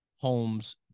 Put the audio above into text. homes